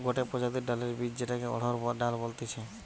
গটে প্রজাতির ডালের বীজ যেটাকে অড়হর ডাল বলতিছে